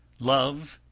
love,